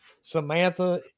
Samantha